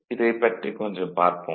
இதைப் பற்றி கொஞ்சம் பார்ப்போம்